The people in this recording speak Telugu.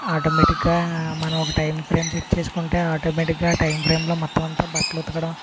ఆటోమేటిక్ గా మనం ఒక టైం ఫ్రేమ్ సెట్ చేసుకుంటే ఆటోమేటిక్ గా టైం ఫ్రేమ్ లో మొత్తమంతా బట్టలు ఉతకడం